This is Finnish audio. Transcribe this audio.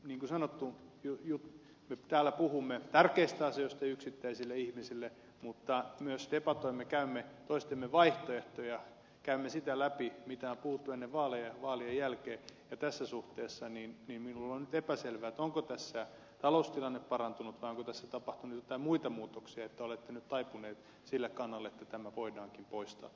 niin kuin sanottu me täällä puhumme yksittäisille ihmisille tärkeistä asioista mutta myös debatoimme käymme toistemme vaihtoehtoja läpi käymme sitä läpi mitä on puhuttu ennen vaaleja ja vaalien jälkeen ja tässä suhteessa minulle on nyt epäselvää onko tässä taloustilanne parantunut vai onko tässä tapahtunut joitakin muita muutoksia että olette nyt taipuneet sille kannalle että tämä tarveharkinta voidaankin poistaa